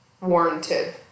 warranted